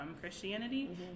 Christianity